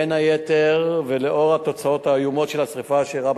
בין היתר לאור התוצאות האיומות של השרפה שאירעה